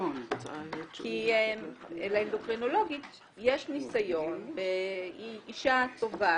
כי לאנדוקרינולוגית יש ניסיון והיא אישה טובה